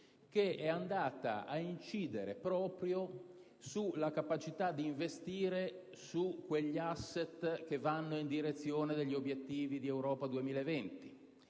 fatto andando ad incidere proprio sulla capacità di investire su quegli *asset* che vanno in direzione degli obiettivi di Europa 2020.